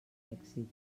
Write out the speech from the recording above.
èxit